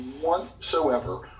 whatsoever